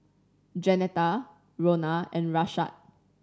Jeanetta Rhona and Rashad